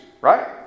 Right